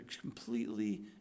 completely